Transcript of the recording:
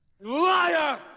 Liar